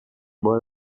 bola